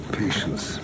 patience